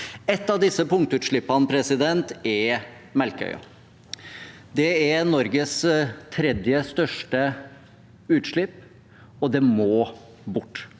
Et av disse punktutslippene er Melkøya. Der er Norges tredje største utslipp, og det må bort.